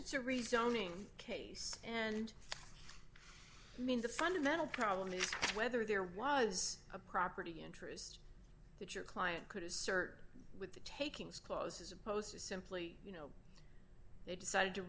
resounding case and mean the fundamental problem is whether there was a property interest that your client could assert with the takings clause as opposed to simply you know they decided to